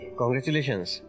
congratulations